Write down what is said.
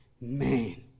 man